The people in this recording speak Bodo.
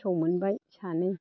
फिसौ मोनबाय सानै